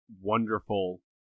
wonderful